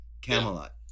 Camelot